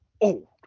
old